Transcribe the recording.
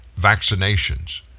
vaccinations